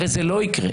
הרי זה לא יקרה.